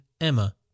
Emma